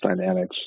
dynamics